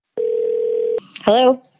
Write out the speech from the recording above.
Hello